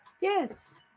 Yes